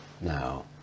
now